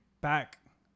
back